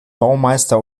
baumeister